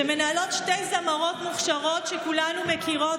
שמנהלות שתי זמרות מוכשרות שכולנו מכירות,